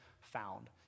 found